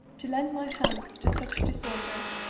to lend my hands to such disorder,